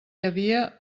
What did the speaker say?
havia